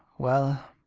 well?